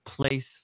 place